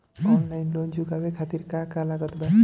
Online loan चुकावे खातिर का का लागत बा?